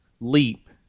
leap